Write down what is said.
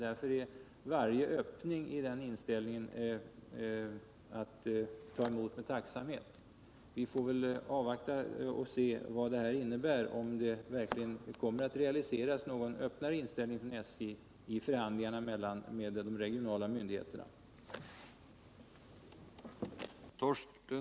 Därför tas varje öppning i den inställningen emot med tacksamhet. Vi får avvakta och se om diskussionerna och kommunikationsministerns försiktiga uttalande i dag innebär att SJ kommer att visa en öppnare inställning i förhandlingarna med SL: